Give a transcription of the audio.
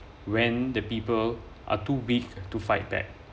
when the people are too weak to fight back